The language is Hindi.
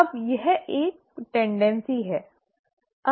अब वह एक प्रवृत्ति है